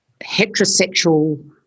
heterosexual